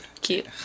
cute